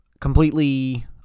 completely